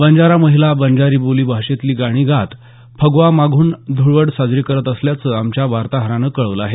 बंजारा महिला बंजारी बोली भाषेतली गाणी गात फगवा मागून धुळवड साजरी करत असल्याचं आमच्या वार्ताहरानं कळवलं आहे